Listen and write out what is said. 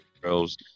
girls